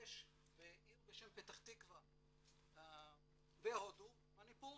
שיש בעיר בשם פתח תקוה בהודו, מניפור,